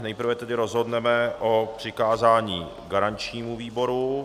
Nejprve tedy rozhodneme o přikázání garančnímu výboru.